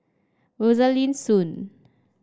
Rosaline Soon